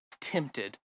tempted